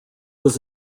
was